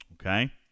Okay